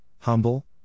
humble